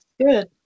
Good